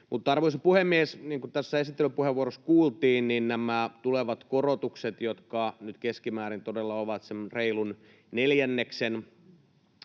Arvoisa puhemies! Niin kuin tässä esittelypuheenvuorossa kuultiin, nämä tulevat korotukset — jotka nyt keskimäärin todella sen reilun neljänneksen